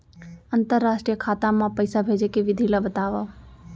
अंतरराष्ट्रीय खाता मा पइसा भेजे के विधि ला बतावव?